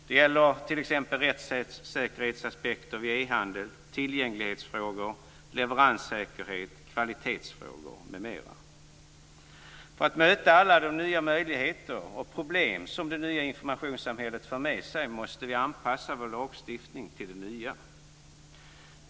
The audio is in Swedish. Det gäller t.ex. rättssäkerhetsaspekter vid e-handel, tillgänglighetsfrågor, leveranssäkerhet, kvalitetsfrågor m.m. För att möta alla de nya möjligheter och problem som det nya informationssamhället för med sig måste vi anpassa vår lagstiftning till det nya.